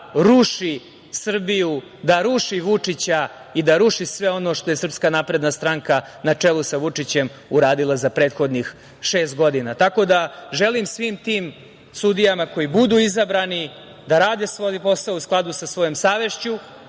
ruši Srbiju, da ruši Vučića i da ruši sve ono što je SNS na čelu sa Vučićem uradila za prethodnih šest godina. Tako da, želim svim tim sudijama koji budu izabrani da rade svoj posao u skladu sa svojom savešću,